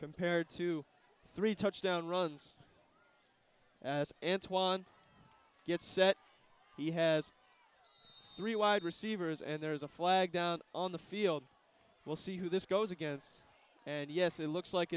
compared to three touchdown runs as ants won get set he has three wide receivers and there is a flag down on the field we'll see who this goes against and yes it looks like